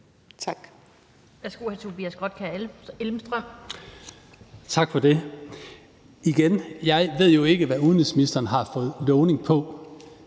Tak.